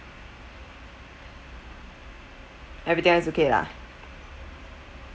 everything is okay lah